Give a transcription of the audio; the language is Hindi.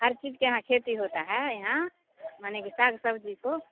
हर चीज़ के यहाँ खेती होता है यहाँ माने कि साग सब्ज़ी को